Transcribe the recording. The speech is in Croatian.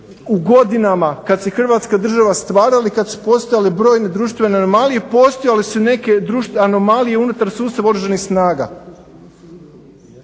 u godinama kada se Hrvatska država stvarala i kada su postojale društvene anomalije postojale su neke anomalije i unutar sustava oružanih snaga,